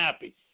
happy